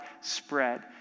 spread